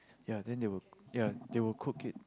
ya than they will ya they will cook it